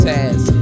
Taz